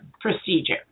procedure